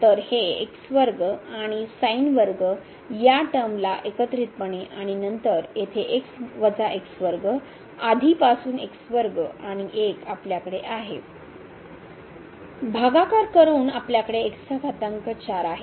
तर हे आणि या टर्म एकत्रितपणे आणि नंतर येथे आधीपासून आणि 1 आपल्याकडे आहे भागाकार करून आपल्याकडे आहे